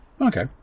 Okay